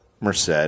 Merced